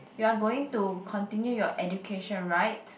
you are going to continue your education right